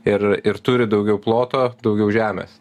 ir ir turi daugiau ploto daugiau žemės